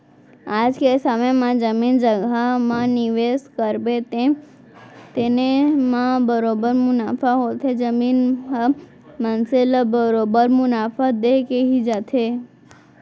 आज के समे म जमीन जघा म निवेस करबे तेने म बरोबर मुनाफा होथे, जमीन ह मनसे ल बरोबर मुनाफा देके ही जाथे